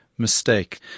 mistake